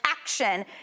action